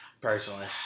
personally